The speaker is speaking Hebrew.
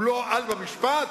הוא לא על במשפט?